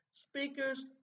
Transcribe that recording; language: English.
Speakers